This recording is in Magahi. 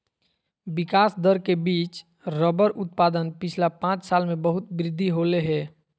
विकास दर के बिच रबर उत्पादन पिछला पाँच साल में बहुत वृद्धि होले हें